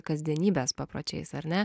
kasdienybės papročiais ar ne